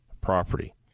property